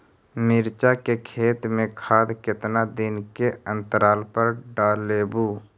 मिरचा के खेत मे खाद कितना दीन के अनतराल पर डालेबु?